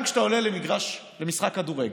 גם כשאתה עולה למגרש למשחק כדורגל,